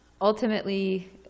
ultimately